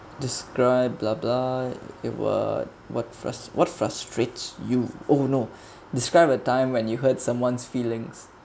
describe blah blah it what what fru~ what frustrates you oh no describe a time when you hurt someone's feelings